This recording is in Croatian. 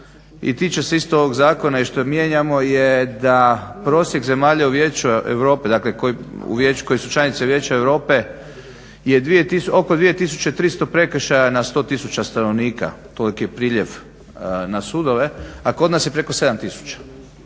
i tiče se isto ovog zakona i što mijenjamo da prosjek zemalja u Vijeću Europe, dakle, koje su članice Vijeća Europe je oko 2300 prekršaja na 100 tisuća stanovnika. Toliki je priljev na sudove. A kod nas je preko 7